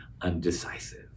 undecisive